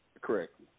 Correct